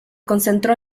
concentró